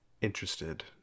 interested